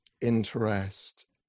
interest